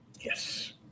Yes